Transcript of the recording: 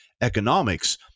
economics